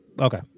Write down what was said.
Okay